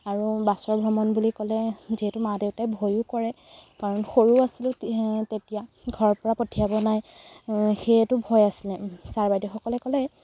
আৰু বাছৰ ভ্ৰমণ বুলি ক'লে যিহেতু মা দেউতাই ভয়ো কৰে কাৰণ সৰু আছিলোঁ তেতিয়া ঘৰৰপৰা পঠিয়াব নাই সেইটো ভয় আছিলে ছাৰ বাইদেউসকলে ক'লে